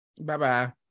Bye-bye